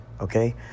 okay